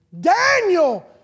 Daniel